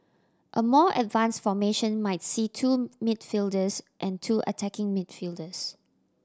a more advanced formation might see two midfielders and two attacking midfielders